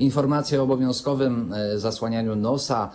Informacje o obowiązkowym zasłanianiu nosa,